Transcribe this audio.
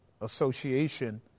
association